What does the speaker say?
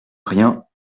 rien